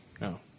No